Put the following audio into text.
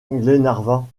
glenarvan